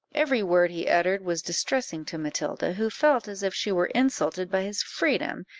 every word he uttered was distressing to matilda, who felt as if she were insulted by his freedom,